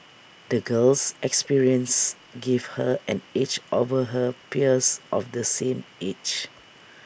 the girl's experiences gave her an edge over her peers of the same age